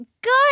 Good